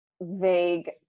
vague